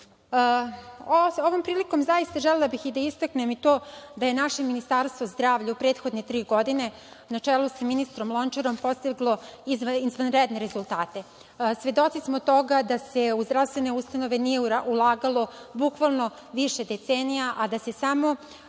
prilikom, zaista želela bih i da istaknem i to da je naše Ministarstvo zdravlja u prethodne tri godine, na čelu sa ministrom Lončarom, postiglo izvanredne rezultate. Svedoci smo toga da se u zdravstvene ustanove nije ulagalo, bukvalno, više decenija, a da se samo